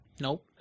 Nope